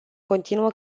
continuă